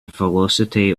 velocity